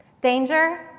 Danger